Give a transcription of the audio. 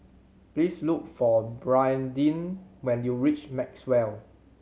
please look for Brandin when you reach Maxwell